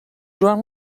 joan